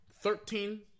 Thirteen